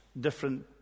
different